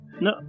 No